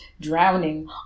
drowning